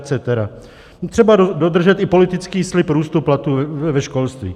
Je třeba dodržet i politický slib růstu platů ve školství.